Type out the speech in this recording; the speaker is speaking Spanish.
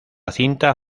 cinta